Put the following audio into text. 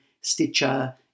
Stitcher